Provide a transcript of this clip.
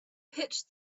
pitch